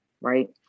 right